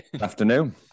Afternoon